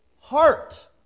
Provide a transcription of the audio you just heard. heart